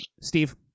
Steve